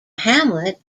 hamlet